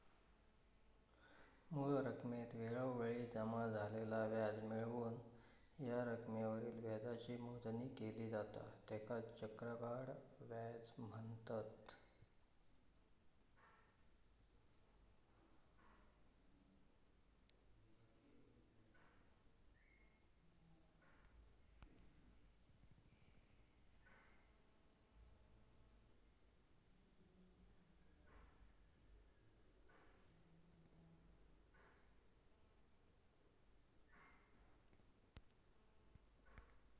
मूळ रकमेत वेळोवेळी जमा झालेला व्याज मिळवून या रकमेवरील व्याजाची मोजणी केली जाता त्येकाच चक्रवाढ व्याज म्हनतत